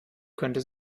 könnte